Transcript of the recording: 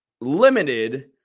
limited